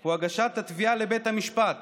הוא הגשת התביעה לבית המשפט,